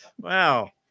Wow